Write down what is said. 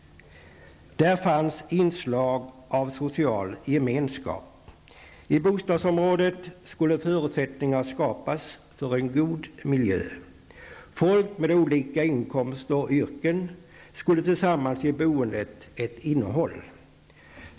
Där fanns inslag av social gemenskap. I bostadsområdet skulle förutsättningar skapas för en god miljö. Folk med olika inkomster och yrken skulle tillsammans ge boendet ett innehåll.